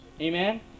Amen